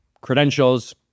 credentials